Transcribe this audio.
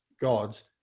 God's